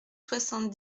soixante